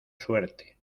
suerte